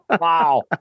Wow